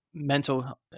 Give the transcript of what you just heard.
Mental